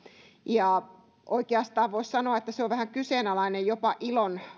ja oikeastaan voisi sanoa että se on vähän kyseenalainen jopa ilo